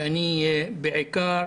ואני בעיקר